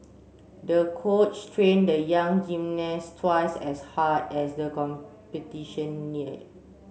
the coach trained the young gymnast twice as hard as the competition neared